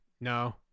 no